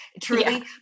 truly